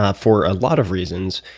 ah for a lot of reasons.